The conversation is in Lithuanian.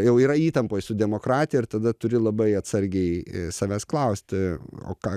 jau yra įtampoj su demokratija ir tada turi labai atsargiai savęs klausti o ką